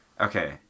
Okay